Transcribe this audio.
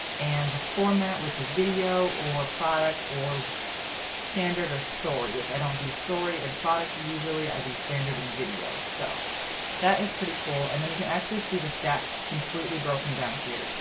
and the format. which is video or product or standard or story. which i don't do story and product usually i do standard and video so that is pretty cool. and then you can actually see the stats completely broken down here.